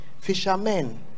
fishermen